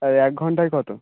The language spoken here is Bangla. আর এক ঘণ্টায় কত